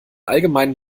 allgemeinen